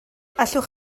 allwch